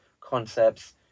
concepts